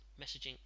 messaging